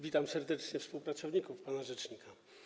Witam serdecznie współpracowników pana rzecznika.